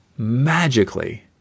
magically